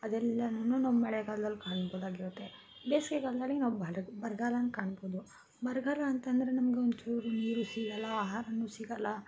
ಅದೆಲ್ಲನು ನಾವು ಮಳೆಗಾಲ್ದಲ್ಲಿ ಕಾಣ್ಬೊದಾಗಿರುತ್ತೆ ಬೇಸಿಗೆಗಾಲ್ದಲ್ಲಿ ನಾವು ಬರ ಬರ್ಗಾಲನ ಕಾಣ್ಬೊದು ಬರಗಾಲ ಅಂತಂದರೆ ನಮಗೆ ಒಂಚೂರು ನೀರೂ ಸಿಗಲ್ಲ ಆಹಾರನೂ ಸಿಗಲ್ಲ